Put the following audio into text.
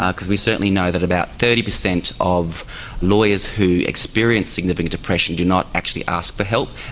because we certainly know that about thirty percent of lawyers who experience significant depression do not actually ask for help,